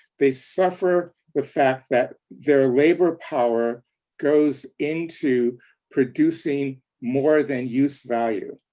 they suffer the fact that their labor power goes into producing more than use value.